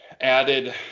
added